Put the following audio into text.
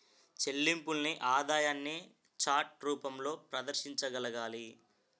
చెల్లింపుల్ని ఆదాయాన్ని చార్ట్ రూపంలో ప్రదర్శించగలగాలి